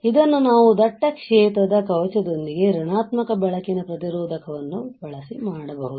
ಇದನ್ನು ನಾವು ದಟ್ಟ ಕ್ಷೇತ್ರದ ಕವಚದೊಂದಿಗೆ ಋಣಾತ್ಮಕ ಬೆಳಕಿನ ಪ್ರತಿರೋಧಕವನ್ನು ಬಳಸಿ ಮಾಡಬಹುದು